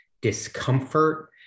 discomfort